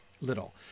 little